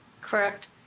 Correct